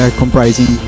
comprising